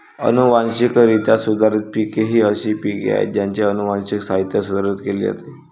अनुवांशिकरित्या सुधारित पिके ही अशी पिके आहेत ज्यांचे अनुवांशिक साहित्य सुधारित केले जाते